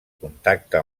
contacte